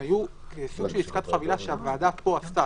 הם היו עסקת חבילה שהוועדה עשתה פה,